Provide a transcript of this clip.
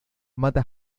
mata